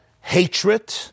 hatred